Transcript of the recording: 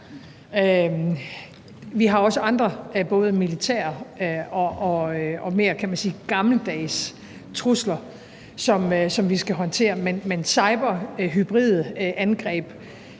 Vi har også andre – både militære og mere, kan man sige, gammeldags – trusler, som vi skal håndtere. Men cyberangreb